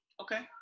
okay